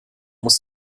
muss